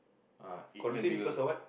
ah eight man bigger